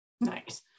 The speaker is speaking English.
Nice